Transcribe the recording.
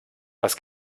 was